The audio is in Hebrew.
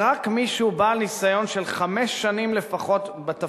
רק מי שהוא בעל ניסיון של חמש שנים לפחות בתפקיד,